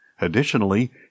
Additionally